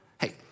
hey